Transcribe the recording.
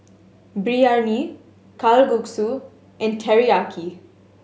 Biryani Kalguksu and Teriyaki